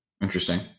interesting